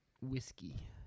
Whiskey